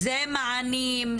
זה מענים,